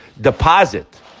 deposit